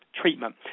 treatment